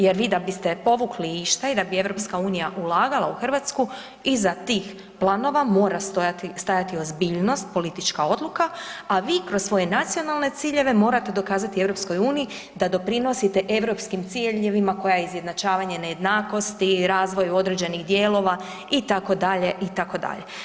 Jer vi da biste povukli išta i da bi EU ulagala u Hrvatsku iza tih planova mora stojati, stajati ozbiljnost politička odluka, a vi kroz svoje nacionalne ciljeve morate dokazati EU da doprinosite europskim ciljevima koja je izjednačavanje nejednakosti, razvoj određenih dijelova itd., itd.